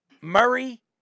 Murray